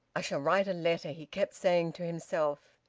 i shall write a letter! he kept saying to himself.